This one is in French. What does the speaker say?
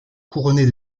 couronnés